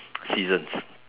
seasons